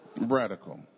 Radical